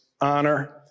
honor